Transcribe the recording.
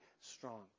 strong